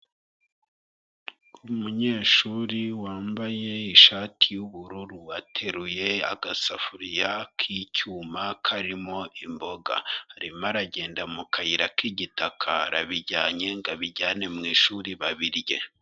Umunyeshuri wambaye ishati y'ubururu, ateruye agasafuriya k'icyuma karimo imboga, arimo aragenda mu kayira k'igitaka arabijyanye ngo abijyane mu ishuri babirye.